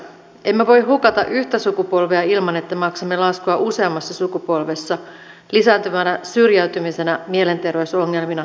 emme voi hukata yhtä sukupolvea ilman että maksamme laskua useammassa sukupolvessa lisääntyvänä syrjäytymisenä mielenterveysongelmina työttömyytenä